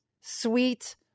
sweet